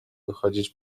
wychodzić